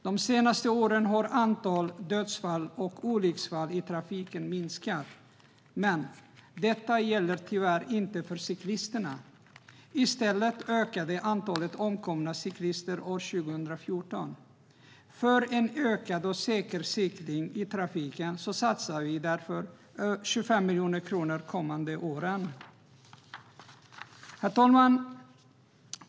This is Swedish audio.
De senaste åren har antalet dödsfall och olycksfall i trafiken minskat, men detta gäller tyvärr inte för cyklisterna. I stället ökade antalet omkomna cyklister år 2014. För en ökad och säker cykling i trafiken satsar vi därför 25 miljoner kronor de kommande åren. Herr talman!